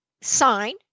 sign